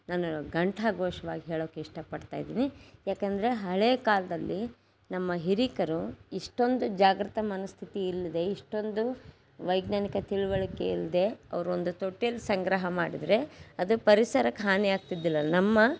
ನಾನು ಘಂಟಾಘೋಷ್ವಾಗಿ ಹೇಳೋಕ್ಕೆ ಇಷ್ಟಪಡ್ತಾ ಇದ್ದೀನಿ ಯಾಕೆಂದರೆ ಹಳೆಯ ಕಾಲದಲ್ಲಿ ನಮ್ಮ ಹಿರೀಕರು ಇಷ್ಟೊಂದು ಜಾಗ್ರತ ಮನಃಸ್ಥಿತಿಯಿಲ್ದೇ ಇಷ್ಟೊಂದು ವೈಜ್ಞಾನಿಕ ತಿಳಿವಳ್ಕೆಯಿಲ್ದೇ ಅವರೊಂದು ತೊಟ್ಟಿಯಲ್ಲಿ ಸಂಗ್ರಹ ಮಾಡಿದ್ರೆ ಅದು ಪರಿಸರಕ್ಕೆ ಹಾನಿ ಆಗ್ತಿದ್ದಿಲ್ಲ ನಮ್ಮ